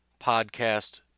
podcast